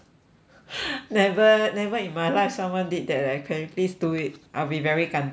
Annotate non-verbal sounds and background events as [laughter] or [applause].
[noise] never never in my life someone did that eh can you please do it I'll be very 感动 then we